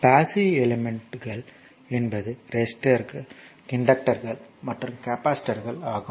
passive element என்பது ரெஸிஸ்டர்கள் இன்டக்டர்கள் மற்றும் கெபாசிட்டர்கள் ஆகும்